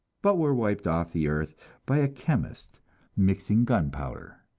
but were wiped off the earth by a chemist mixing gunpowder.